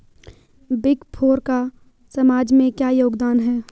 Big four का समाज में क्या योगदान है?